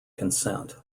consent